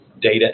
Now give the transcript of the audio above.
data